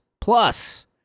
plus